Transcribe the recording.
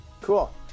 Cool